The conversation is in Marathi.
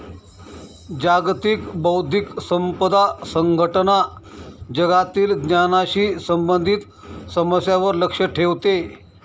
जागतिक बौद्धिक संपदा संघटना जगातील ज्ञानाशी संबंधित समस्यांवर लक्ष ठेवते